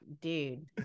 dude